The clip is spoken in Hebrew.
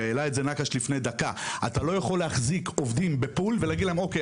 אתה לא יכול להחזיק עובדים ב-Pull ולהגיד להם: "אוקיי,